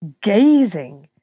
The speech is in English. gazing